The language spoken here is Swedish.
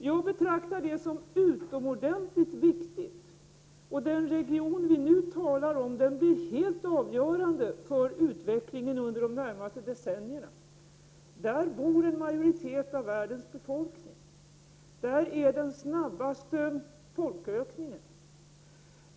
Jag betraktar detta som utomordentligt viktigt. Utvecklingen i den region som vi nu talar om kommer att bli helt avgörande under de närmaste decennierna. Där bor en majoritet av världens befolkning och man har den snabbaste folkökningen.